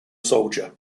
soldier